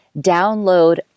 download